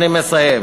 אני מסיים.